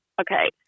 okay